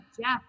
jeff